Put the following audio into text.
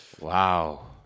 Wow